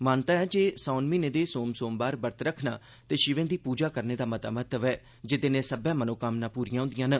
मान्यता ऐ जे सौन म्हीने दे सोम सोमवार वर्त रक्खना ते शिवें दी पूजा करने दा मता महत्व ऐ जेदे नै सब्बै मनोकामनां पूरियां होंदियां न